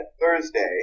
Thursday